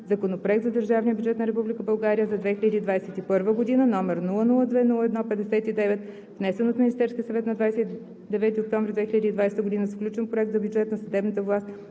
Законопроект за държавния бюджет на Република България за 2021 г., № 002-01-59, внесен от Министерския съвет на 29 октомври 2020 г., с включен Проект за бюджет на съдебната власт